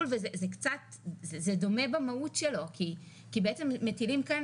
לארץ וזה דומה במהות שלו כי בעצם מטילים כאן